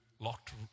locked